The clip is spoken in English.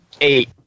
Eight